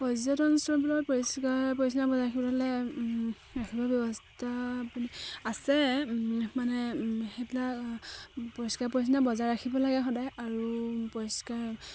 পৰ্যটনস্থলবিলাকত পৰিষ্কাৰ পৰিচ্ছন্নতা বজাই ৰাখিবলৈ হ'লে ৰাখিব ব্যৱস্থা বুলি আছে মানে সেইবিলাক পৰিষ্কাৰ পৰিচ্ছন্নতা বজাই ৰাখিব লাগে সদায় আৰু পৰিষ্কাৰ